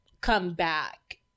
comeback